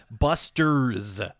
Buster's